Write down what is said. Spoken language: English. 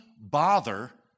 bother